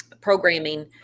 programming